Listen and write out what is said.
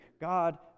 God